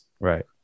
right